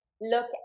look